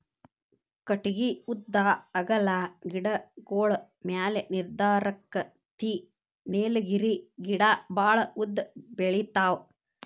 ಕಟಗಿ ಉದ್ದಾ ಅಗಲಾ ಗಿಡಗೋಳ ಮ್ಯಾಲ ನಿರ್ಧಾರಕ್ಕತಿ ನೇಲಗಿರಿ ಗಿಡಾ ಬಾಳ ಉದ್ದ ಬೆಳಿತಾವ